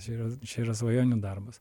čia yra čia yra svajonių darbas